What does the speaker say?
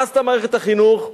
מה עשתה מערכת החינוך?